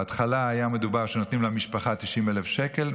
בהתחלה היה מדובר על כך שנותנים למשפחה 90,000 שקל,